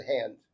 hand